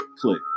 Click